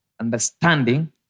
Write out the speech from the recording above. understanding